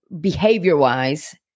behavior-wise